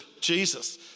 Jesus